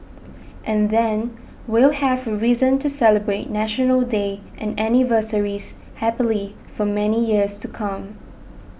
and then we'll have reason to celebrate National Day and anniversaries happily for many years to come